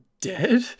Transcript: dead